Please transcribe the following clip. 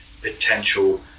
potential